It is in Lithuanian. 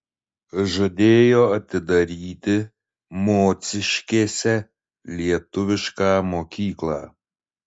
žadėjo atidaryti mociškėse lietuvišką mokyklą